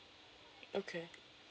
okay